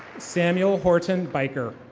samuel horton biker.